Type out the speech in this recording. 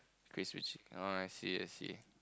crispy chic~ oh I see I see